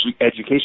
education